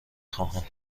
خواهم